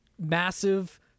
massive